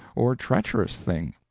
or treacherous thing,